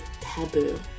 taboo